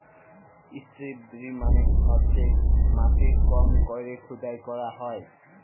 strip drill মালে হইসে মাটির কম কইরে খুদাই ক্যইরা হ্যয়